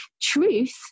truth